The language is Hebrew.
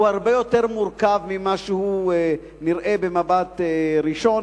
הוא הרבה יותר מורכב מכפי שהוא נראה במבט ראשון.